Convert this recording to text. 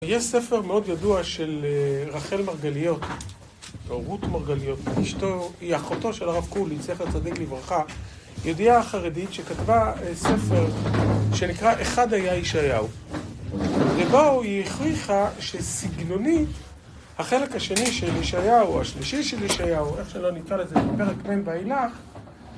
יש ספר מאוד ידוע של רחל מרגליות, או רות מרגליות. אשתו... היא אחותו של הרב קוליץ, זכר צדיק לברכה, יהודיה חרדית שכתבה ספר שנקרא "אחד היה ישעיהו", ובו היא הוכיחה שסגנונית, החלק השני של ישעיהו, השלישי של ישעיהו... איך שלא נקרא לזה, מפרק מ' ואילך...